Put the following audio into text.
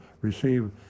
receive